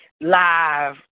live